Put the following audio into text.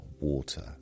water